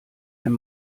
wenn